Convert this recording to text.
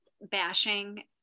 bashing